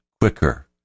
quicker